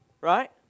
right